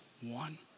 one